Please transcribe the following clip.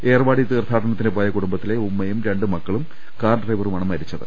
ഏർവാടി തീർത്ഥാടനത്തിന് പോയ കുടുംബത്തിലെ ഉമ്മയും രണ്ട് മക്കളും കാർ ഡ്രൈവറുമാണ് മരിച്ചത്